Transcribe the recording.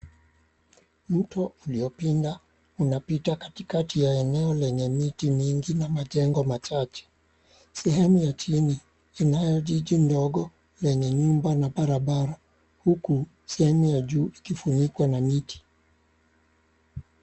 Mto uliopinda unapita katikati ya eneo lenye miti mingi na majengo machache sehemu ya chini kunalo jiji dogo lenye nyumba na barabara huku sehemu ya juu ikifunikwa na miti.